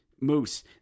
Moose